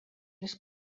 les